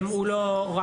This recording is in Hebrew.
מה